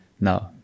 No